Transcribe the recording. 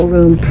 Room